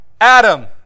Adam